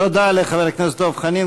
תודה לחבר הכנסת דב חנין.